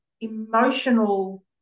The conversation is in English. emotional